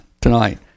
tonight